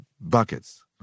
Buckets